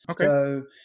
Okay